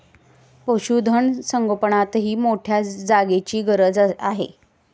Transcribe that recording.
पशुधन संगोपनातही मोठ्या जागेची गरज आहे